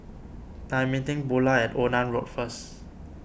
I am meeting Bula at Onan Road first